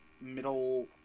middle